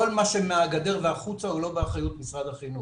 כל מה שמהגדר והחוצה הוא לא באחריות משרד החינוך.